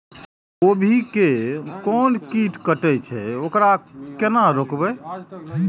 गोभी के कोन कीट कटे छे वकरा केना रोकबे?